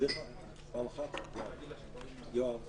העבירות